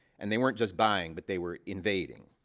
and they weren't just buying. but they were invading.